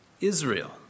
Israel